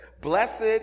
blessed